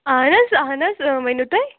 اَہن حظ اَہن حظ ؤنِو تُہۍ